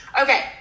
okay